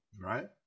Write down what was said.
right